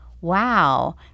wow